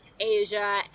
Asia